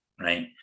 right